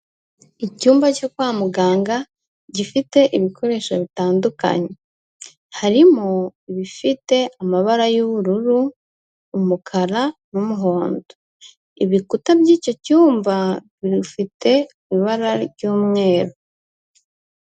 Icyumba cyo kwa muganga gifite ibikoresho bitandukanye. Harimo ibifite amabara y'ubururu, umukara n'umuhondo. Ibikuta by'icyo cyumba bifite ibara ry'umweru.